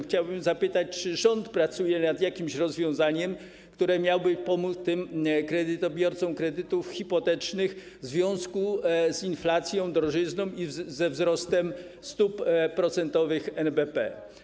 Chciałbym zapytać: Czy rząd pracuje nad jakimś rozwiązaniem, który miałby pomóc tym kredytobiorcom kredytów hipotecznych w związku z inflacją, drożyzną i ze wzrostem stóp procentowych NBP?